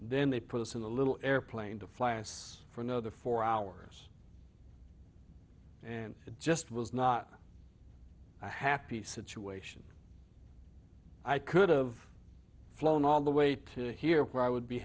then they put us in a little airplane to fly us for another four hours and it just was not a happy situation i could of flown all the way to here where i would be